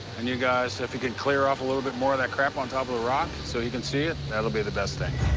and you guys, if you could clear off a little bit more of that crap on top of the rock so he can see it, that'll be the best thing.